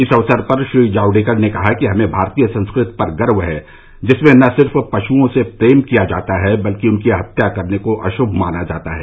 इस अवसर पर श्री जावडेकर ने कहा कि हमें भारतीय संस्कृति पर गर्व है जिसमें न सिर्फ पश्ओं से प्रेम किया जाता है बल्कि उनकी हत्या करने को अश्भ माना जाता है